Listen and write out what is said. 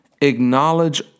acknowledge